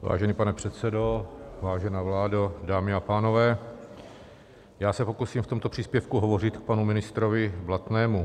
Vážený pane předsedo, vážená vládo, dámy a pánové, já se pokusím v tomto příspěvku hovořit k panu ministrovi Blatnému.